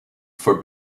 for